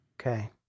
Okay